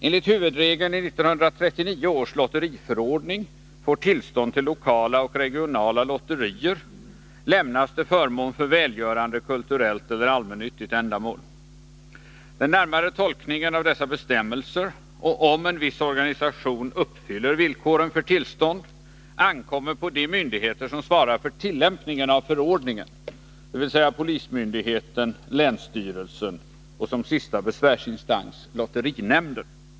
Enligt huvudregeln i 1939 års lotteriförordning får tillstånd till lokala och regionala lotterier lämnas till förmån för välgörande, kulturellt eller allmännyttigt ändamål. Den närmare tolkningen av dessa bestämmelser och om en viss organisation uppfyller villkoren för tillstånd ankommer på de myndigheter som svarar för tillämpningen av förordningen, dvs. polismyndigheten, länsstyrelsen och som sista besvärsinstans lotterinämnden.